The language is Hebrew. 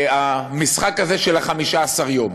המשחק הזה, של 15 יום,